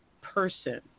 person